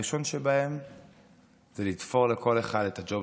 הראשון שבהם זה לתפור לכל אחד את הג'וב